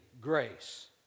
grace